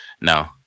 no